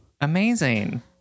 Amazing